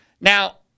Now